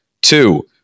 Two